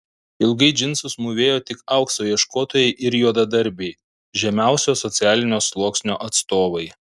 ilgai džinsus mūvėjo tik aukso ieškotojai ir juodadarbiai žemiausio socialinio sluoksnio atstovai